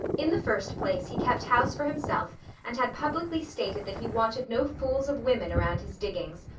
in the first place he kept house for himself and had publicly stated that he wanted no fools of women around his diggings.